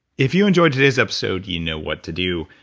if you enjoyed today's episode you know what to do.